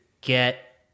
get